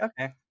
okay